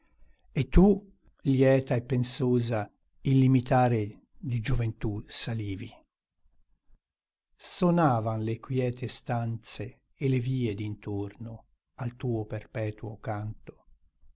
e tu lieta e pensosa il limitare di gioventù salivi sonavan le quiete stanze e le vie dintorno al tuo perpetuo canto